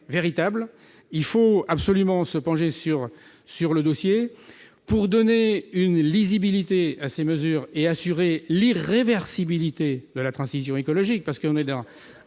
devons absolument nous pencher sur le dossier pour donner de la lisibilité à ces mesures et assurer l'irréversibilité de la transition écologique, car nous sommes à